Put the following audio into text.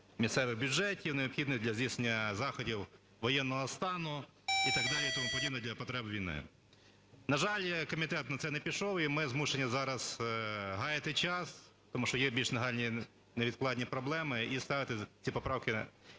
місцевих бюджетів, необхідних для з здійснення заходів воєнного стану і так далі, і тому подібне для потреб війни. На жаль, комітет на це пішов, і ми змушені зараз гаяти час, тому що є більш нагальні невідкладні проблеми, і ставити ці поправки